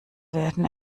werden